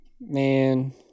Man